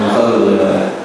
במיוחד לא בדברים האלה.